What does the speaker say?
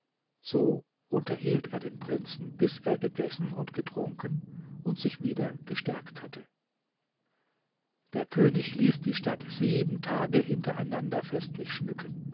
so unterhielt er den prinzen bis er gegessen und getrunken und sich wieder gestärkt hatte der könig ließ die stadt sieben tage hintereinander festlich schmücken